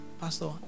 Pastor